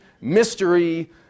mystery